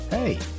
Hey